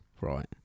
right